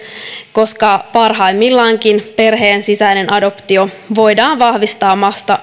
koska parhaimmillaankin perheen sisäinen adoptio voidaan vahvistaa vasta